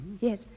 Yes